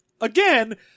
again